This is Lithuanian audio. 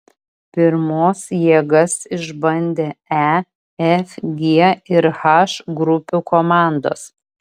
pirmos jėgas išbandė e f g ir h grupių komandos